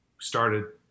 started